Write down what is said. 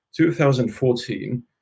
2014